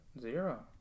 zero